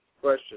Question